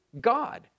God